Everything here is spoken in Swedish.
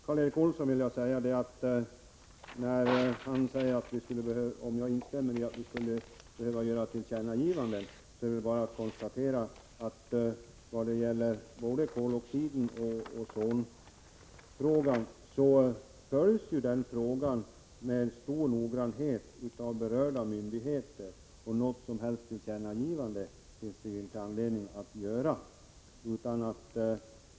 Herr talman! Karl Erik Olsson undrar om jag instämmer i att riksdagen borde göra ett tillkännagivande. Jag vill då bara konstatera att vad gäller både koloxiden och ozonfrågan följs ärendet noggrant av berörda myndigheter. Något som helst tillkännagivande finns det inte anledning att göra.